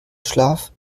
schlaf